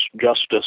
justice